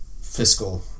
fiscal